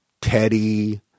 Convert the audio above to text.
Teddy